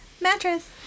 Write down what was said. Mattress